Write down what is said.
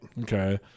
Okay